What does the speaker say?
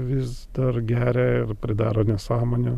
vis dar geria ir pridaro nesąmonių